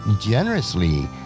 generously